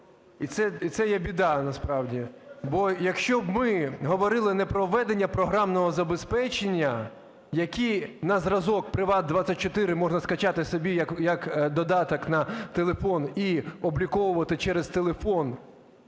І це є біда, насправді. Бо якщо б ми говорили не про введення програмного забезпечення, яке на зразок "Приват24" можна скачати собі як додаток на телефон і обліковувати через телефон